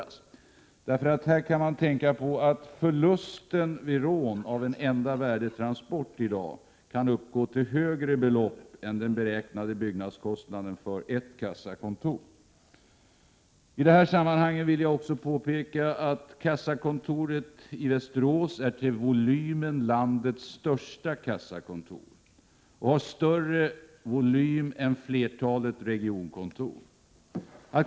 Det tål att tänka på att förlusten vid rån av en enda värdetransport i dag kan uppgå till högre belopp än den beräknade byggnadskostnaden för ett kassakontor. I detta sammanhang vill jag också påpeka att kassakontoret i Västerås är landets största kassakontor sett till volymen. Det har större volym än flertalet regionkontor.